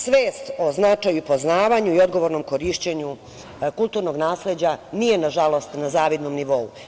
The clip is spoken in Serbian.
Svest o značaju, poznavanju i odgovornom korišćenju kulturnog nasleđa nije, nažalost, na zavidnom nivou.